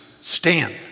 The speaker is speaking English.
Stand